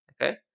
Okay